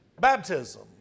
baptism